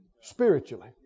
spiritually